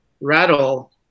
rattle